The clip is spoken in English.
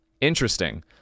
Interesting